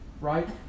right